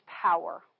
power